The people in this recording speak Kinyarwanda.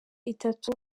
itatu